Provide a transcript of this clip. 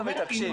אנחנו מתעקשים.